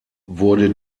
wurde